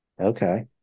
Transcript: okay